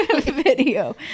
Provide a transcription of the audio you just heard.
video